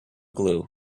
glue